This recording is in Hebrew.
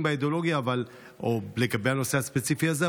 באידיאולוגיה או לגבי הנושא הספציפי הזה,